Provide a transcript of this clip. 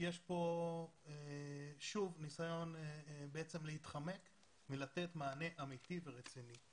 יש פה שוב ניסיון להתחמק מלתת מענה אמיתי ורציני.